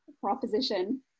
proposition